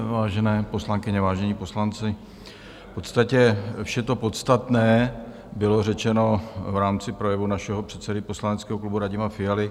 Vážené poslankyně, vážení poslanci, v podstatě vše to podstatné bylo řečeno v rámci projevu našeho předsedy poslaneckého klubu Radima Fialy.